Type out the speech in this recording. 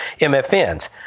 MFNs